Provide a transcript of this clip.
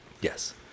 Yes